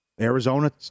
Arizona